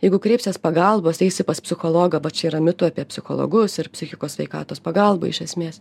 jeigu kreipsies pagalbos eisi pas psichologą va čia yra mitų apie psichologus ir psichikos sveikatos pagalbą iš esmės